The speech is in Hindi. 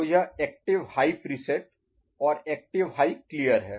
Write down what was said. तो यह एक्टिव हाई प्रीसेट और एक्टिव हाई क्लियर है